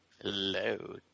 Hello